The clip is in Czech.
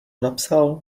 napsal